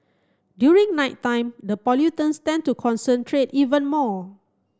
during nighttime the pollutants tend to concentrate even more